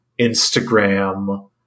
Instagram